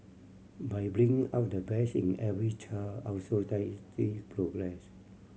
by bringing out the best in every child our society progress